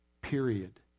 Period